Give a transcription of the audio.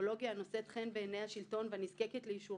להטלת חומרות שכן בית המשפט הותיר בשעתו את הדיון בשאלת חוקתיותו שלו